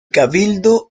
cabildo